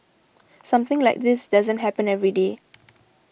something like this doesn't happen every day